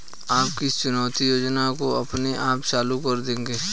आप किस चुकौती योजना को अपने आप चालू कर देंगे?